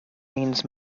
means